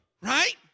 right